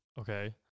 Okay